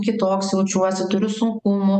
kitoks jaučiuosi turiu sunkumų